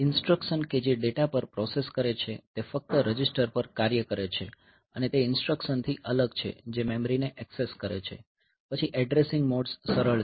instruction કે જે data પર પ્રોસેસ કરે છે તે ફક્ત રજિસ્ટર પર કાર્ય કરે છે અને તે ઇન્સટ્રકશનથી અલગ છે જે મેમરીને ઍક્સેસ કરે છે પછી એડ્રેસિંગ મોડ્સ સરળ છે